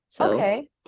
Okay